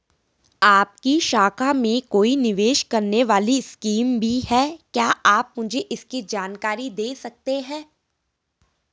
आपकी शाखा में कोई निवेश करने वाली स्कीम भी है क्या आप मुझे इसकी जानकारी दें सकते हैं?